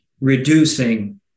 Reducing